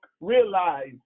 realize